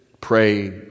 pray